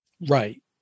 Right